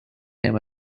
him